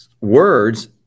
words